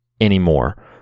anymore